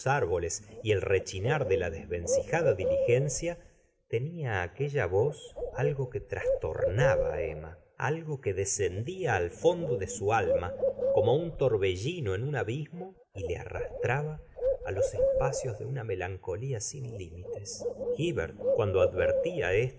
árboles y el rechinar de la desvencijada diligencia tenia aquella voz a lgo que trastornaba á e mma algo que descendía al fondo de su alma como un torbellino en un abismo y le arrastraba á los espacios de una melancolia sin límites hivert cuando advertía esto